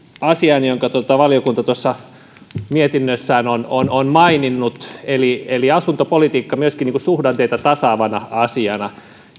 asian jonka valiokunta mietinnössään on on maininnut eli eli asuntopolitiikka myöskin suhdanteita tasaavana asiana